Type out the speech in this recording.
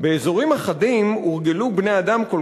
באזורים אחדים / הורגלו בני האדם כל